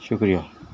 شکریہ